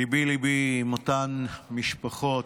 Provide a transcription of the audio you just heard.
ליבי ליבי עם אותן משפחות,